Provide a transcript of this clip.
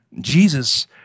Jesus